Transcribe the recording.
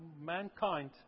mankind